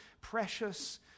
precious